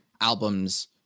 albums